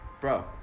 Bro